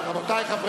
אף פעם